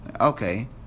Okay